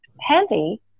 heavy